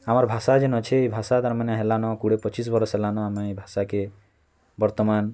ଆମର୍ ଭାଷା ଯେନ୍ ଅଛେ ଭାଷା ଏ ଭାଷା ତାର୍ ମାନେ ହେଲା ନ କୁଡ଼ିଏ ପଚିଶ୍ ବର୍ଷ ହେଲା ନ ଆମେ ଏ ଭାଷା କେ ବର୍ତ୍ତମାନ୍